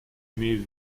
имею